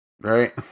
Right